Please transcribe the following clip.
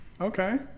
Okay